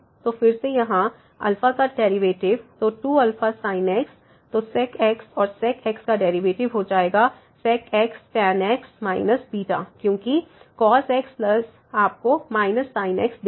तो फिर से यहाँ का डेरिवेटिव तो 2sin x तो sec x और sec x का डेरिवेटिव हो जाएगा sec x tan x β क्योंकि cos x आपको sin x देगा